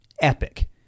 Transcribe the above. epic